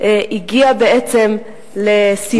הגיעה בעצם לסיומה ולבלימתה,